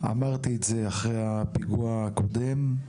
אמרתי את זה אחרי הפיגוע הקודם,